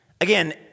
Again